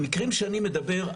המקרים שאני מדבר,